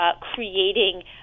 creating